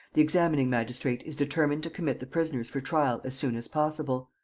the examining-magistrate is determined to commit the prisoners for trial as soon as possible.